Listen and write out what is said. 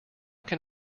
can